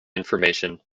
information